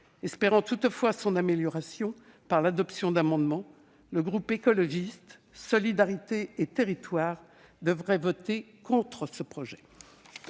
Espérant son amélioration par l'adoption d'amendements, le groupe Écologiste - Solidarité et Territoires devrait toutefois voter contre ce projet.